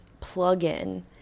plug-in